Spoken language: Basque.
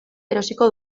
erosiko